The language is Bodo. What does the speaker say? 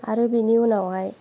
आरो बेनि उनावहाय